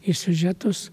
ir siužetus